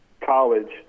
college